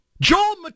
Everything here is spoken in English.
Joel